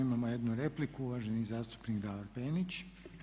Imamo jednu repliku, uvaženi zastupnik Davor Penić.